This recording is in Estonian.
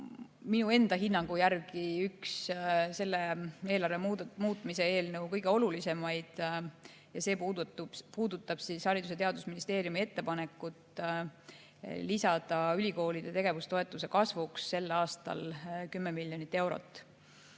minu enda hinnangu järgi üks selle eelarve muutmise eelnõu kõige olulisemaid. See puudutab Haridus‑ ja Teadusministeeriumi ettepanekut lisada ülikoolide tegevustoetuse kasvuks sel aastal 10 miljonit eurot.